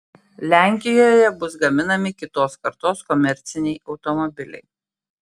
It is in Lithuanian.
lenkijoje bus gaminami kitos kartos komerciniai automobiliai